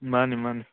ꯃꯥꯅꯤ ꯃꯥꯅꯤ